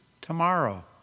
tomorrow